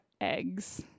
eggs